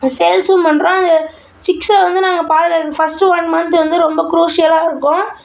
சேல்ஸும் பண்ணுறோம் சிக்ஸை வந்து நாங்கள் பாதுகாக்க ஃபஸ்ட்டு ஒன் மந்த் வந்து ரொம்ப க்ரூஷியலாக இருக்கும்